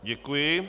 Děkuji.